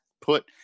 put